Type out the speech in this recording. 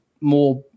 more